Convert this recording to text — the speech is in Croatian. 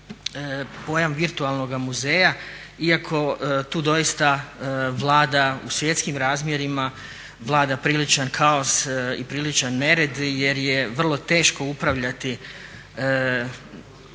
pojam virtualnoga muzeja iako tu doista vlada, u svjetskim razmjerima vlada priličan kaos i priličan nered jer je vrlo teško upravljati nečim